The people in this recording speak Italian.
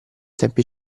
tempi